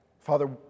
Father